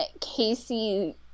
Casey